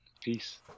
Peace